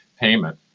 payment